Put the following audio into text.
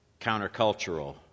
countercultural